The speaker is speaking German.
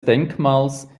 denkmals